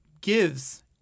gives